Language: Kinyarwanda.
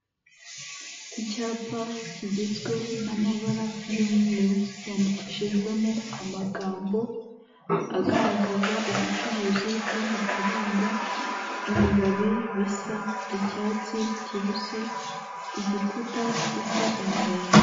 Icyapa kigizwe n'amabara y'umweru yandikishijwemo amagambo agaragaza ubucuruzi bw'amafaranga, ibibabi bisa icyatsi kibisi, igikuta gisa umuhondo.